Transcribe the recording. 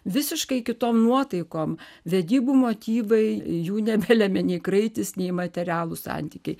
visiškai kitom nuotaikom vedybų motyvai jų nebelemia nei kraitis nei materialūs santykiai